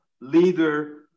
leader